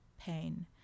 pain